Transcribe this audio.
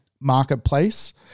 marketplace